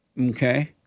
Okay